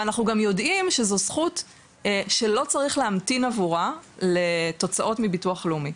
ואנחנו גם יודעים שזו זכות שלא צריך להמתין עבורה לתוצאות מביטו לאומי.